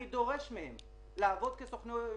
אני דורש מהן לעבוד כסוכנים אובייקטיביים.